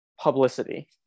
publicity